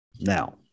now